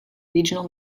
regional